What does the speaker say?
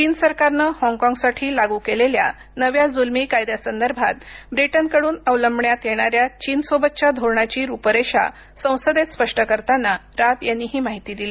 चीन सरकारनं हाँगकाँगसाठी लागू केलेल्या नव्या जुलमी कायद्यासंदर्भात ब्रिटनकडून अवलंबण्यात येणाऱ्या चीनसोबतच्या धोरणाची रुपरेषा संसदेत स्पष्ट करताना राब यांनी ही माहिती दिली